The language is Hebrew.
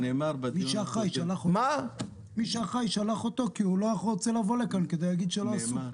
מי שאחראי שלח אותו כי הוא לא רוצה לבוא לכאן להגיד שלא עשו כלום.